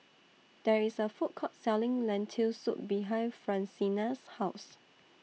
There IS A Food Court Selling Lentil Soup behind Francina's House